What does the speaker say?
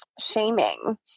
shaming